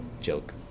joke